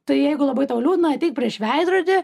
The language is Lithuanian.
tai jeigu labai tau liūdna ateik prieš veidrodį